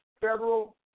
federal